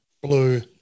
blue